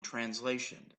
translation